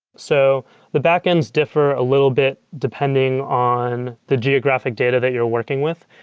so the backends differ a little bit depending on the geographic data that you're working with.